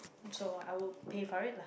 so I will pay for it lah